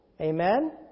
Amen